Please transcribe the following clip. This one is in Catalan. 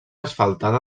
asfaltada